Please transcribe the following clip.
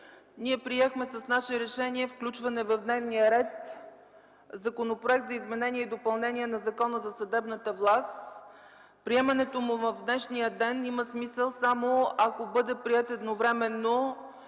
Ние приехме с наше решение включване в дневния ред на Законопроекта за изменение и допълнение на Закона за съдебната власт. Приемането му в днешния ден има смисъл само ако бъде приет едновременно